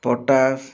potash